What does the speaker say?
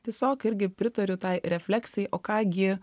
tiesiog irgi pritariu tai refleksijai o ką gi